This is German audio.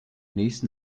nächsten